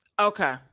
Okay